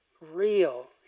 real